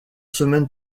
semaines